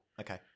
Okay